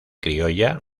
criolla